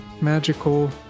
magical